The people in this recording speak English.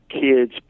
kids